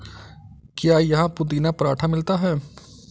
क्या यहाँ पुदीना पराठा मिलता है?